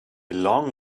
long